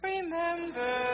Remember